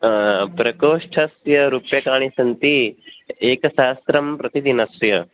प्रकोष्ठस्य रूप्यकाणि सन्ति एकसहस्रं प्रतिदिनस्य